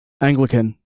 Anglican